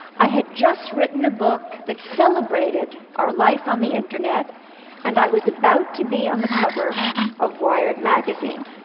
i had just written a book that celebrated our life on the internet and i was about to be on the cover of wired magazine.